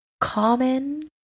common